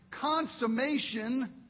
Consummation